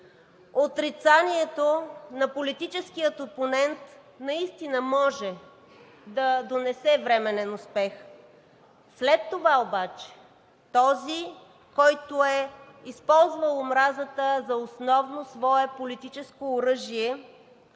Отрицанието на политическия опонент наистина може да донесе временен успех, след това обаче този, който е използвал омразата за основно свое политическо оръжие,